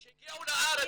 כשהגיעו לארץ,